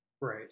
Right